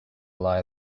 lie